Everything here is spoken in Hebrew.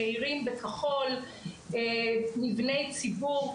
שמאירים בכחול מבני ציבור,